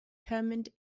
determined